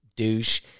douche